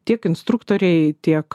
tiek instruktoriai tiek